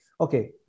Okay